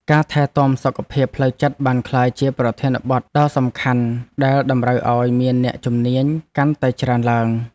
ការថែទាំសុខភាពផ្លូវចិត្តបានក្លាយជាប្រធានបទដ៏សំខាន់ដែលតម្រូវឱ្យមានអ្នកជំនាញកាន់តែច្រើនឡើង។